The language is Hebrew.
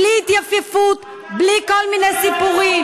בלי התייפייפות, בלי כל מיני סיפורים.